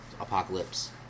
apocalypse